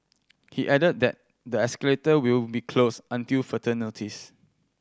he added that the escalator will be closed until further notice